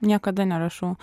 niekada nerašau